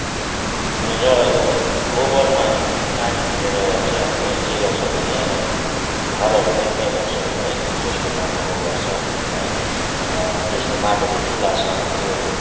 मेरो यो गोबरमा पानी फिटेर चाहिँ हामी के गर्छौँ भने घरहरू लिप्ने गर्छौँ है जसको माटोको घर छ है जसको माटोको चुल्हा छ त्यो